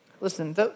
Listen